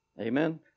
Amen